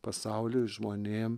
pasauliui žmonėm